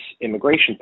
immigration